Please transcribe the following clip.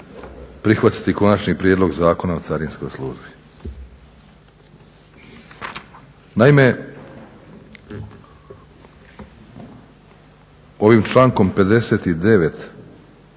prihvatiti Konačni prijedlog zakona o carinskoj službi. Naime, ovim člankom 59.